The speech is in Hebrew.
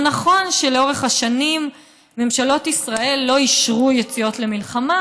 זה נכון שלאורך השנים ממשלות ישראל לא אישרו יציאות למלחמה.